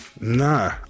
nah